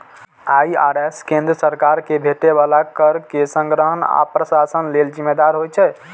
IRS केंद्र सरकार कें भेटै बला कर के संग्रहण आ प्रशासन लेल जिम्मेदार होइ छै